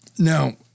Now